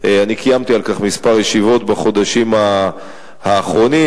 קיימתי על כך כמה ישיבות בחודשים האחרונים,